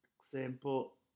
example